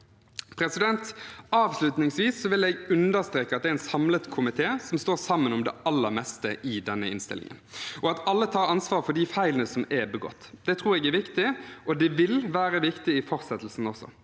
nivåene. Avslutningsvis vil jeg understreke at det er en samlet komite som står sammen om det aller meste i denne innstillingen, og at alle tar ansvar for de feilene som er begått. Det tror jeg er viktig, og det vil være viktig i fortsettelsen også.